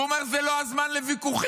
והוא אומר: זה לא הזמן לוויכוחים.